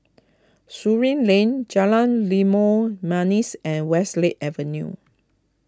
Surin Lane Jalan Limau Manis and Westlake Avenue